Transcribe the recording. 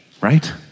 right